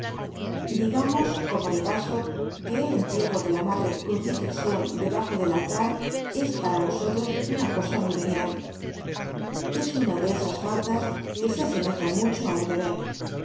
digamos como de paso que el entierro de la madre crucifixion debajo del altar es para nosotros una cosa muy venial es una de esas faltas que se asemejan mucho á un deber las